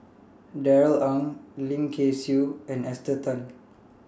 Darrell Ang Lim Kay Siu and Esther Tan